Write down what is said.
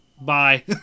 bye